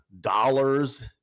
dollars